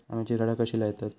आम्याची झाडा कशी लयतत?